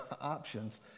options